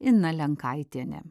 ina lenkaitienė